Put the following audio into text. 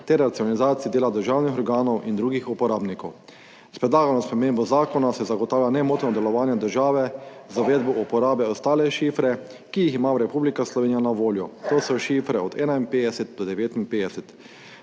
ter racionalizacijo dela državnih organov in drugih uporabnikov. S predlagano spremembo zakona se zagotavlja nemoteno delovanje države z uvedbo uporabe ostalih šifer, ki jih ima Republika Slovenija na voljo, to so šifre od 51 do 59.